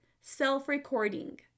self-recording